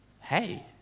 Hey